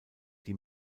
die